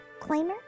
claimer